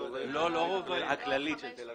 תכנית המתאר.